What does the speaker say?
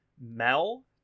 Mel